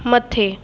मथे